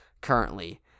currently